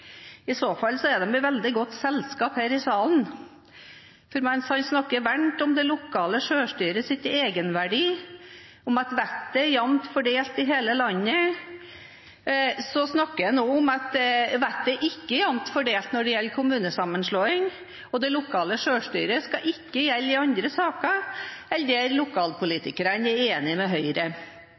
I så fall er de i veldig godt selskap her i salen, for mens han snakker varmt om det lokale selvstyrets egenverdi, om at vettet er jevnt fordelt i hele landet, snakker han også om at vettet ikke er jevnt fordelt når det gjelder kommunesammenslåing, og at det lokale selvstyret ikke skal gjelde i andre saker enn der lokalpolitikerne er enige med Høyre.